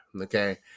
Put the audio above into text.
Okay